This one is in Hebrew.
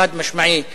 חד-משמעי,